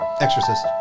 Exorcist